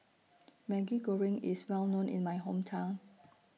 Maggi Goreng IS Well known in My Hometown